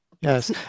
yes